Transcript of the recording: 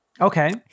Okay